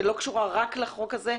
שלא קשורה רק לחוק הזה,